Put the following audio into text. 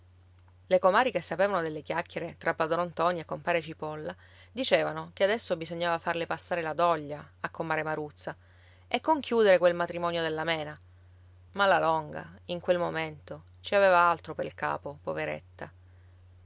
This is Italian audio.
le comari che sapevano delle chiacchiere fra padron ntoni e compare cipolla dicevano che adesso bisognava farle passare la doglia a comare maruzza e conchiudere quel matrimonio della mena ma la longa in quel momento ci aveva altro pel capo poveretta